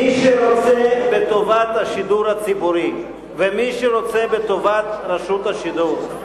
מי שרוצה בטובת השידור הציבורי ומי שרוצה בטובת רשות השידור,